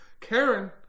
Karen